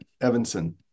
Evanson